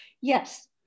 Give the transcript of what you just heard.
yes